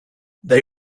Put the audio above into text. they